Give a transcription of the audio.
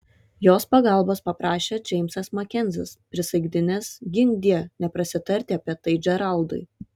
jos pagalbos paprašė džeimsas makenzis prisaikdinęs ginkdie neprasitarti apie tai džeraldui